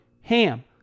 HAM